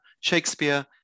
Shakespeare